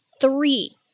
Three